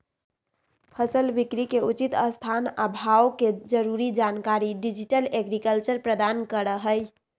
फसल बिकरी के उचित स्थान आ भाव के जरूरी जानकारी डिजिटल एग्रीकल्चर प्रदान करहइ